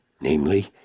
namely